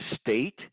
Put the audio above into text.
state